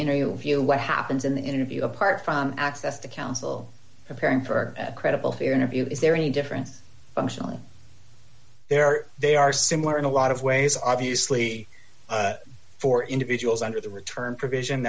interview if you know what happens in the interview apart from access to counsel preparing for a credible fear interview is there any difference functionally there are they are similar in a lot of ways obviously for individuals under the return provision